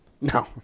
No